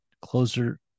closer